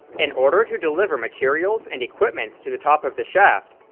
in order to deliver materials and equipment to the top of the shaft,